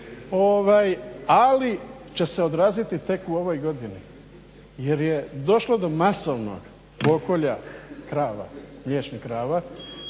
ali će se odraziti tek u ovoj godini jer je došlo do masovnog pokolja mliječnih krava,